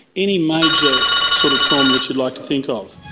any major sort of trauma that you'd like to think of.